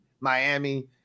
Miami